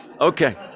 Okay